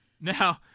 Now